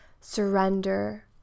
surrender